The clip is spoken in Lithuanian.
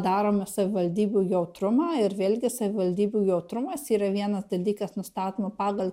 darome savivaldybių jautrumą ir vėlgi savivaldybių jautrumas yra vienas dalykas nustatymo pagal